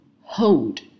hold